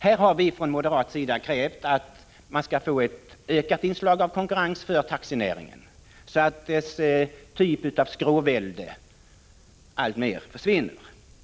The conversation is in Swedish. Här har vi från moderat sida krävt att man skall få ett ökat inslag av konkurrens för taxinäringen, så att dess typ av skråvälde alltmer försvinner.